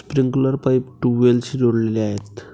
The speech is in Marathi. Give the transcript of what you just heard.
स्प्रिंकलर पाईप ट्यूबवेल्सशी जोडलेले आहे